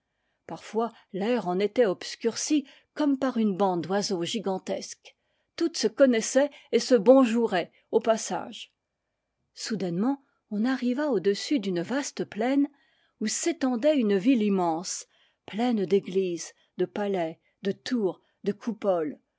chemin parfois l'air en était obscurci comme par une bande d'oiseaux gigantesques toutes se connaissaient et se bonjouraient au passage soudainement on arriva au-dessus d'une vaste plaine où s'étendait une ville immense pleine d'églises de palais de tours de coupoles